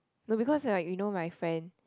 no because right you know my friend